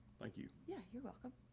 like you. yeah, you're welcome.